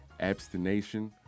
abstination